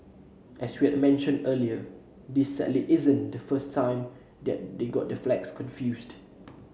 as we had mentioned earlier this sadly isn't the first time they got their flags confused